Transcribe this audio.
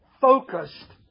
focused